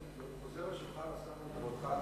אני חוזר לשולחן השר לכבודך,